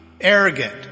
arrogant